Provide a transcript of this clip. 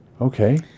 Okay